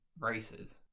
races